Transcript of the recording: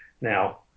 now